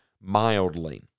mildly